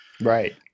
Right